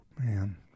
Man